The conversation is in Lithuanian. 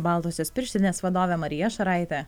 baltosios pirštinės vadovė marija šaraitė